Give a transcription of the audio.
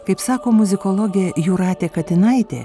kaip sako muzikologė jūratė katinaitė